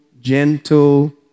gentle